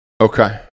okay